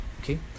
Okay